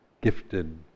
gifted